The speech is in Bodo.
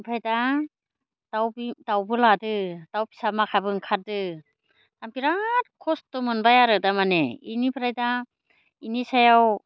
ओमफ्राय दा दाउ बे दाउबो लादो दाउ फिसा माखाबो ओंखारदो आं बिराद खस्थ' मोनबाय आरो दा माने इनिफ्राय दा इनि सायाव